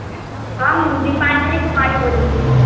हम दीपाली कुमारी बोलै छी